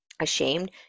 ashamed